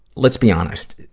let's be honest,